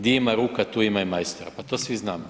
Di ima ruka, tu ima i majstora, pa to svi znamo.